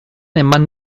eman